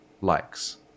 likes